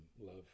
love